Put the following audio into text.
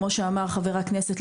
כמו שאמר חבר הכנסת,